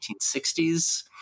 1960s